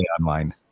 online